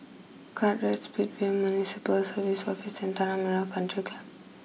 Kartright Speedway Municipal Services Office and Tanah Merah country Club